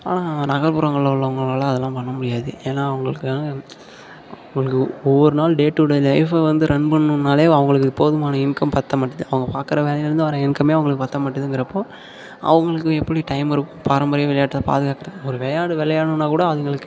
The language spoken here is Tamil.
ஆனால் நகர்புறங்களில் உள்ளவங்களால் அதெலாம் பண்ண முடியாது ஏனால் அவங்களுக்கு அவங்களுக்கு ஒவ்வொரு நாள் டே டூ டே லைஃபை வந்து ரன் பண்ணணும்னாலே அவங்களுக்கு போதுமான இன்கம் பற்ற மாட்டேது அவங்க பார்க்கற வேலையிலிருந்து வர இன்கமே அவங்களுக்கு பற்ற மாட்டேதுங்குறப்போ அவங்களுக்கு எப்படி டைம் இருக்கும் பாரம்பரிய விளையாட்டை பாதுகாக்க ஒரு விளையாடு விளையாடணுன்னா கூட அதுங்களுக்கு